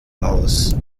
aus